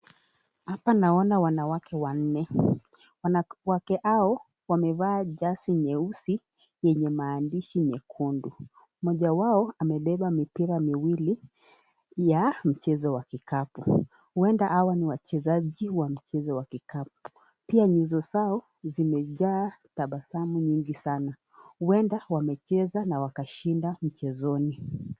Hapa naona wanawake wanne, wanawake hao wamevaa jazi nyeusi yenye maandishi mekundu. Mmoja wao amebeba mipira miwili ya mchezo wa kikapu huenda hawa ni wachezaji wa mchezo wa kikapu. Pia nyuso zao zimejaa tabasamu nyingi sana, huenda wamecheza na wameshinda mchezoni.